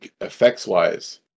effects-wise